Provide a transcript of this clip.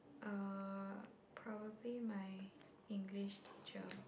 uh probably my English teacher